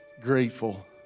grateful